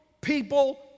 people